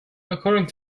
according